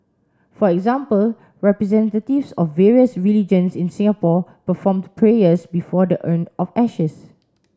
for example representatives of various religions in Singapore performed prayers before the urn of ashes